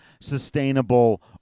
sustainable